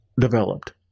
developed